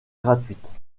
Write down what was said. gratuite